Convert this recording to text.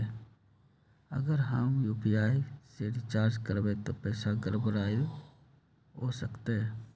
अगर हम यू.पी.आई से रिचार्ज करबै त पैसा गड़बड़ाई वो करतई?